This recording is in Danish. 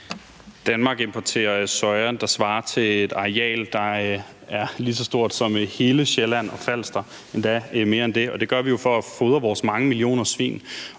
Danmark importerer soja, der svarer til et areal, der er lige så stort som hele Sjælland og Falster og endda mere end det, og det gør vi jo for at fodre vores mange millioner svin.